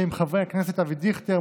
שהם חברי הכנסת אבי דיכטר,